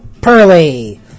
Pearly